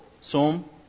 Sum